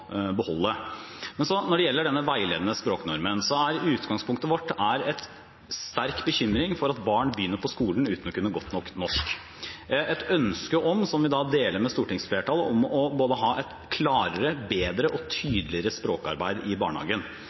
beholde. Når det gjelder denne veiledende språknormen, er utgangspunktet vårt en sterk bekymring for at barn begynner på skolen uten å kunne godt nok norsk, og et ønske – som vi deler med stortingsflertallet – om å ha et både klarere, bedre og tydeligere språkarbeid i barnehagen.